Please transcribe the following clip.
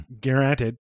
guaranteed